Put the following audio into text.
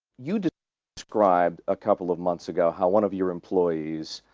you described, a couple of months ago how one of your employees